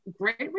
great